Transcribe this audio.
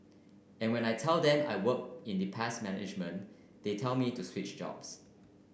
and when I tell them I work in the pest management they tell me to switch jobs